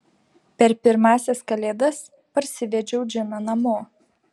per pirmąsias kalėdas parsivedžiau džiną namo